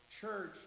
church